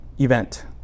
event